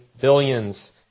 billions